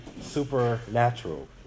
supernatural